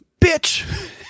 bitch